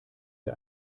wir